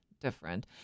Different